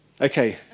Okay